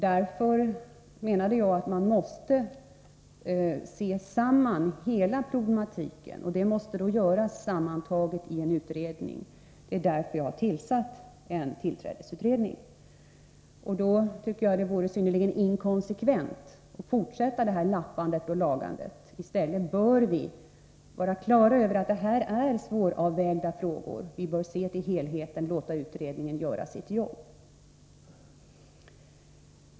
Därför menade jag att man måste se på hela problematiken, och det måste göras samlat i en utredning. Det är därför som jag har tillsatt en tillträdesutredning. Då tycker jag att det vore synnerligen inkonsekvent att fortsätta det här lappandet och lagandet. I stället bör vi vara klara över att detta är svåravvägda frågor. Vi bör se till helheten och låta utredningen göra sitt jobb.